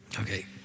Okay